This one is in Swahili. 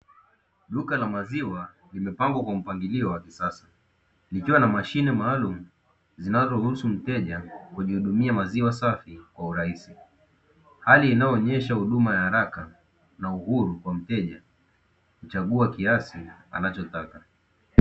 Duka na maziwa limepangwa kwa mpangilio wa kisasa, likiwa na mashine maalumu zinazoruhusu mteja kujihudumia maziwa safi kwa urahisi. Hali inayoonyesha huduma ya haraka na uhuru kwa mteja kuchagua kiasi anachotaka.